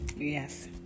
Yes